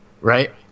right